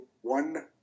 one